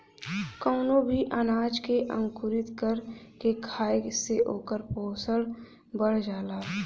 कवनो भी अनाज के अंकुरित कर के खाए से ओकर पोषण बढ़ जाला